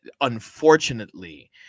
unfortunately